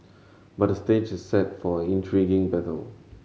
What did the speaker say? but the stage is set for an intriguing battle